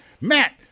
matt